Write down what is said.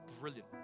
brilliant